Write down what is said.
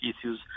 issues